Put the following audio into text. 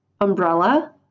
umbrella